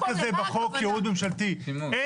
בחוק ייעוד ממשלתי.